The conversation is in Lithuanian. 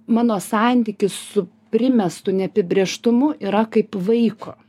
mano santykis su primestu neapibrėžtumu yra kaip vaiko